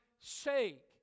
sake